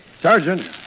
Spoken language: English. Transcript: Sergeant